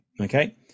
Okay